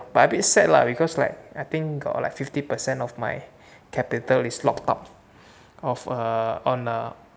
but a bit sad lah because like I think got like fifty percent of my capital is locked up off err on err